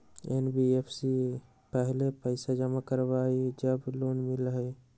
NBFC पहले पईसा जमा करवहई जब लोन मिलहई?